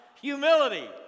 Humility